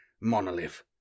monolith